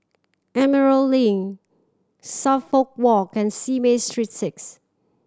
Emerald Link Suffolk Walk and Simei Street Six